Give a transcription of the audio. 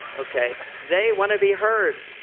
okay they want to be heard.